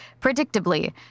Predictably